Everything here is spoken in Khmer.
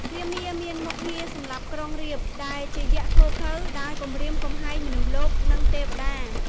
រាមា មានមុខងារសម្លាប់ក្រុងរាពណ៍ ដែលជាយក្សឃោរឃៅ ដើរគំរាមគំហែងមនុស្សលោក និងទេវតា។